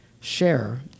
share